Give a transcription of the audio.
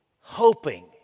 hoping